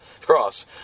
cross